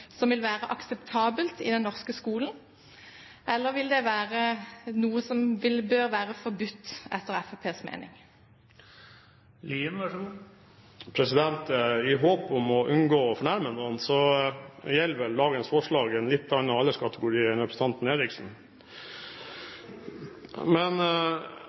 som vil være akseptabelt i den norske skolen, eller vil det være noe som bør være forbudt etter Fremskrittspartiets mening? I håp om å unngå å fornærme noen gjelder vel dagens forslag en litt annen alderskategori enn den representanten